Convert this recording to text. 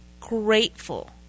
grateful